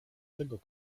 tego